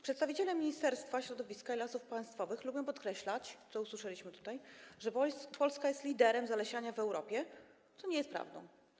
Przedstawiciele Ministerstwa Środowiska i Lasów Państwowych lubią podkreślać, co usłyszeliśmy tutaj, że Polska jest liderem zalesiania w Europie, co nie jest prawdą.